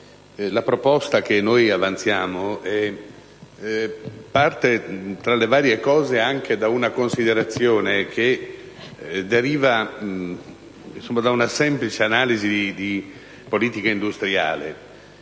la proposta che noi avanziamo parte, tra le varie cose, anche da una considerazione che deriva da una semplice analisi di politica industriale: